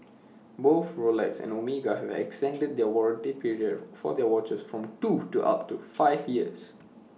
both Rolex and Omega have extended the warranty period for their watches from two to up to five years